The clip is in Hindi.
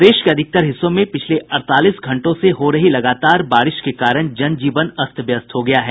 प्रदेश के अधिकतर हिस्सों में पिछले अड़तालीस घंटों से हो रही लगातार बारिश के कारण जन जीवन अस्त व्यस्त हो गया है